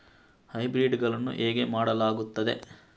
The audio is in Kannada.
ಹೈಬ್ರಿಡ್ ಗಳನ್ನು ಹೇಗೆ ಮಾಡಲಾಗುತ್ತದೆ?